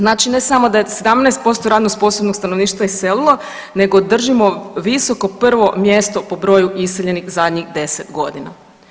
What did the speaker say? Znači ne samo da je 17% radno sposobnog stanovništva iselilo, nego držimo visoko 1. mjesto po broju iseljenih zadnjih 10 godina.